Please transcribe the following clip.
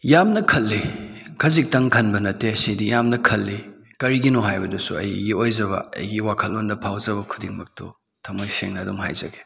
ꯌꯥꯝꯅ ꯈꯜꯂꯤ ꯈꯖꯤꯛꯇꯪ ꯈꯟꯕ ꯅꯠꯇꯦ ꯁꯤꯗꯤ ꯌꯥꯝꯅ ꯈꯜꯂꯤ ꯀꯔꯤꯒꯤꯅꯣ ꯍꯥꯏꯕꯗꯨꯁꯨ ꯑꯩꯒꯤ ꯑꯣꯏꯖꯕ ꯑꯩꯒꯤ ꯋꯥꯈꯜꯂꯣꯟꯗ ꯐꯥꯎꯖꯕ ꯈꯨꯗꯤꯡꯃꯛꯇꯨ ꯊꯝꯃꯣꯏ ꯁꯦꯡꯅ ꯑꯗꯨꯝ ꯍꯥꯏꯖꯒꯦ